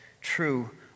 true